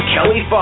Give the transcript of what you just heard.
Kelly